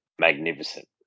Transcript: magnificent